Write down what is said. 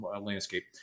landscape